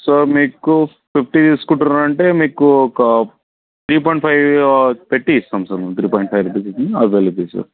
sir మీకు fifty తీసుకుంటానంటే మీకు ఒక త్రీ పాయింట్ ఫైవ్ పెట్టి ఇస్తాం sir three point five rupees తీసుకుని అవైలబుల్ చేస్తాం